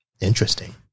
interesting